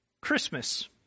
Christmas